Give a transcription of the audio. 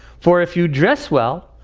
for if you dress well,